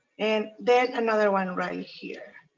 and then another one right here.